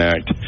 Act